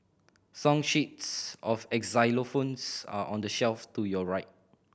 song sheets of xylophones are on the shelf to your right